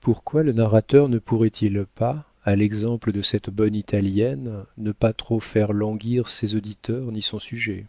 pourquoi le narrateur ne pourrait-il pas à l'exemple de cette bonne italienne ne pas trop faire languir ses auditeurs ni son sujet